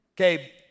Okay